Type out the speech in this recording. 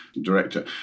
director